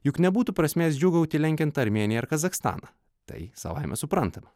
juk nebūtų prasmės džiūgauti lenkiant armėniją ir kazachstaną tai savaime suprantama